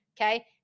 okay